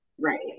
Right